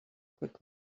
quickly